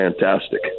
fantastic